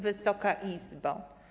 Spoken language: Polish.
Wysoka Izbo!